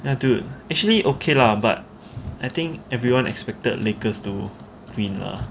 ya dude actually okay lah but I think everyone expected lakers to win lah